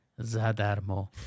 Zadarmo